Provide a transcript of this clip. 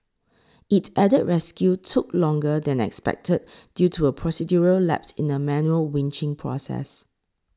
it added rescue took longer than expected due to a procedural lapse in the manual winching process